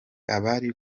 abari